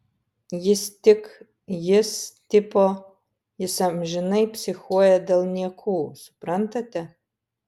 jis tik jis tipo jis amžinai psichuoja dėl niekų suprantate